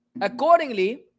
Accordingly